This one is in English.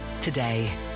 today